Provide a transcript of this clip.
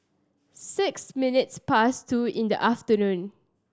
six minutes past two in the afternoon